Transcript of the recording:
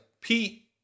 Pete